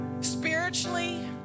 spiritually